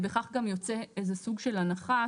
ובכך גם יוצא איזה סוג של הנחה,